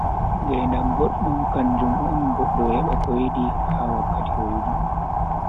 ngedam boddum kanjum on goddo heba ko yidi ha wakkati o yidi.